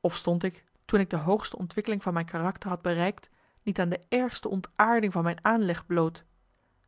of stond ik toen ik de hoogste ontwikkeling van mijn karakter had bereikt niet aan de ergste ontaarding van mijn aanleg bloot